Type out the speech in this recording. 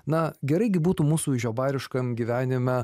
na gerai gi būtų mūsų žiobariškam gyvenime